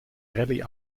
rally